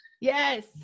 Yes